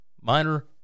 minor